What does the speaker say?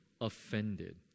offended